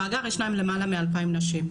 במאגר ישנם למעלה מ-2,000 נשים.